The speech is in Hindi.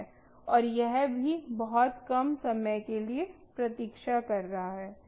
और यह भी बहुत कम समय के लिए प्रतीक्षा कर रहा है